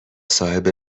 صاحب